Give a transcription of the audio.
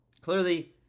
Clearly